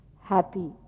happy